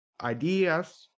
ideas